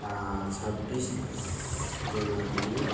छब्बिस जनवरी